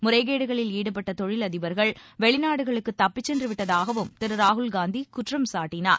முறைகேடுகளில் ஈடுபட்ட தொழில் அதிபர்கள் வெளிநாடுகளுக்கு தப்பிச் சென்றுவிட்டதாகவும் திரு ராகுல்காந்தி குற்றம் சாட்டினார்